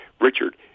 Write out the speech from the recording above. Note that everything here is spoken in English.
Richard